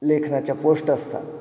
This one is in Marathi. लेखनाच्या पोष्ट असतात